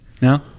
No